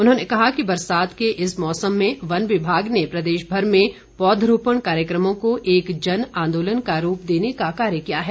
उन्होंने कहा कि बरसात के इस मौसम में वन विभाग ने प्रदेशभर में पौधरोपण कार्यक्रमों को एक जन आंदोलन का रूप देने का कार्य किया है